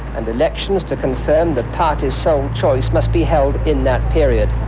and elections to confirm the party's sole choice must be held in that period.